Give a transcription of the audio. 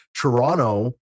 Toronto